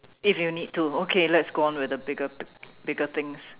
if you need to okay let's go on with the bigger bigger things